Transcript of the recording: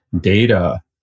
data